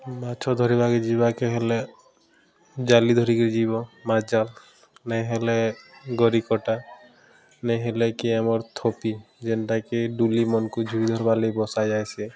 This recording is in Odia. ମାଛ ଧରିବାକେ ଯିବାକେ ହେଲେ ଜାଲି ଧରିକରି ଯିବ ମାଛ୍ ଜାଲ୍ ନାଇଁ ହେଲେ ଗରିକଟା ନାଇଁ ହେଲେ କି ଆମର୍ ଥୋପି ଯେନ୍ଟାକି ଡୁଲି ମନ୍କୁ ଜୁଇ ଧରିବାର୍ ଲାଗି ବସାଯାଏସି